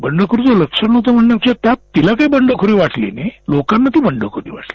बंडखोरीच लक्षण होतं म्हणजे त्यात तिला ती बंडखोरी वाटली नाही लोकांना ती बंडखोरी वाटली